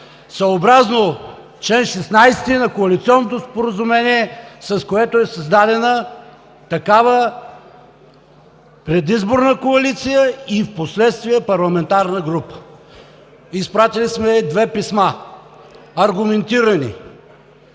съобразно чл. 16 на Коалиционното споразумение, с което е създадена такава предизборна коалиция, и в последствие парламентарна група. Изпратили сме две писма, аргументирани